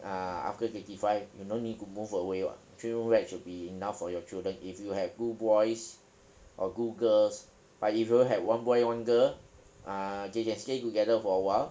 ah after thirty five you no need to move away [what] three room flat should be enough for your children if you have two boys or two girls but if you have one boy one girl uh they can stay together for a while